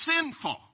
sinful